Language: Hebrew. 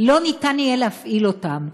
לא יהיה להפעיל אותם.